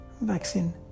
vaccine